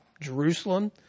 Jerusalem